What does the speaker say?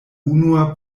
unua